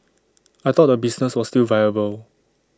I thought the business was still viable